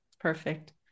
Perfect